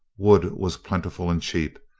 wood was plentiful and cheap,